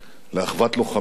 לאחוות לוחמים,